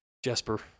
Jesper